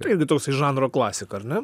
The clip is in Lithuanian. tai irgi toksai žanro klasika ar ne